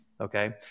Okay